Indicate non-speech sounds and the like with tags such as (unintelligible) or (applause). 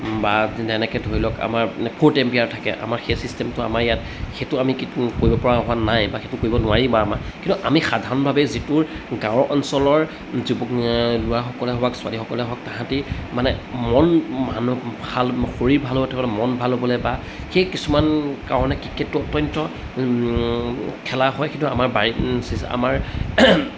বা যেনেকৈ ধৰি লওক আমাৰ ফ'ৰ্ট এম্পেয়াৰ থাকে আমাৰ সেই চিষ্টেমটো আমাৰ ইয়াত সেইটো আমি কিত কৰিব পৰা হোৱা নাই বা সেইটো কৰিব নোৱাৰিম বাৰু আমাৰ কিন্তু আমি সাধাৰণভাৱে যিটোৰ গাঁও অঞ্চলৰ যুৱক ল'ৰাসকলে হওক বা ছোৱালীসকলে হওক তাহাঁতে মানে মন মানুহ ভাল শৰীৰ ভাল হৈ থাকিবলৈ মন ভাল হ'বলৈ বা সেই কিছুমান কাৰণে ক্ৰিকেটটো অত্যন্ত খেলা হয় কিন্তু আমাৰ (unintelligible) আমাৰ